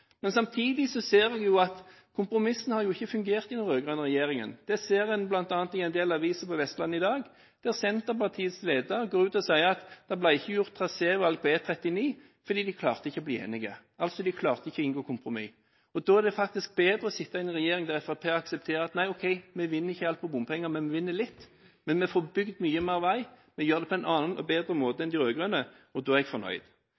Samtidig ser vi at kompromissene ikke har fungert i den rød-grønne regjeringen. Det ser vi bl.a. i en del aviser på Vestlandet i dag, der Senterpartiets leder går ut og sier at det ikke ble gjort trasévalg på E39 fordi de ikke klarte å bli enige – de klarte ikke å inngå kompromiss. Da er det faktisk bedre å sitte i en regjering der Fremskrittspartiet aksepterer at OK, vi vinner ikke alt på bompenger, men vi vinner litt. Men vi får bygd mye mer vei ved å gjøre det på en annen og bedre måte enn de rød-grønne, og da er jeg fornøyd.